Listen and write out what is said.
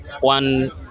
one